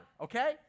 okay